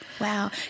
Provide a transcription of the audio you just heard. Wow